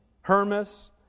Hermas